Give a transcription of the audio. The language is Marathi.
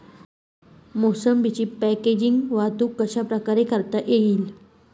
मोसंबीची पॅकेजिंग वाहतूक कशाप्रकारे करता येईल?